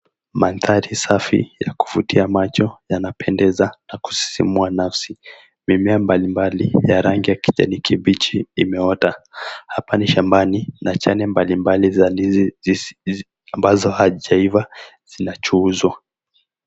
Manthari safi ya kuvutia macho yanapendeza na kusisimua nafsi. Mimea mbalimbali ya rangi ya kijani kibichi imeota. Hapa ni shambani na chane mbalimbali za ndizi ambazo hazijaiva zinachuuzwa.